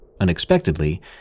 Unexpectedly